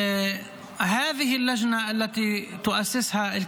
(אומר דברים בערבית, להלן תרגומם: